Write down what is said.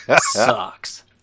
sucks